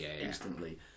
instantly